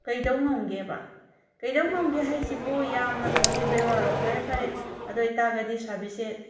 ꯀꯩꯗꯧ ꯉꯝꯒꯦꯕ ꯀꯩꯗꯧ ꯉꯝꯒꯦ ꯍꯥꯏꯁꯤꯕꯨ ꯌꯥꯝꯅ ꯐꯥꯎꯕꯤꯕꯒꯤ ꯋꯥꯔꯣ ꯐꯔꯦ ꯐꯔꯦ ꯑꯗꯨ ꯑꯣꯏ ꯇꯥꯔꯒꯗꯤ ꯁꯥꯔꯕꯤꯁꯁꯦ